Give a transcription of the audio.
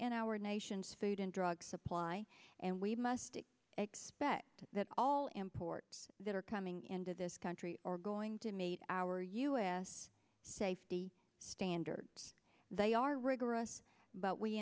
and our nation's food and drug supply and we must expect that all ports that are coming into this country are going to meet our u s safety standards they are rigorous but we